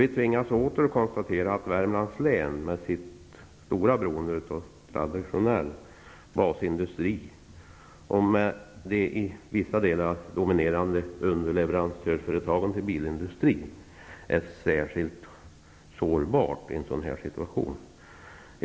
Vi tvingas åter konstatera att Värmlands län, med sitt stora beroende av traditionell basindustri och med de i vissa delar dominerande underleverantörsföretagen inom bilindustriområdet, är särskilt sårbart i en sådan här situation.